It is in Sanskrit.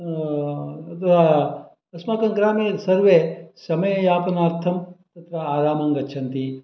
तत्र अस्माकङ्ग्रामे सर्वे समययापनार्थं तत्र आयामं गच्छन्ति